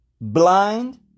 blind